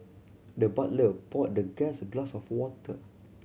the butler poured the guest a glass of water